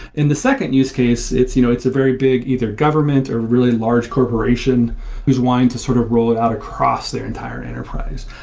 the second use case, it's you know it's a very big either government or really large corporation who's wanting to sort of roll it out across their entire enterprise.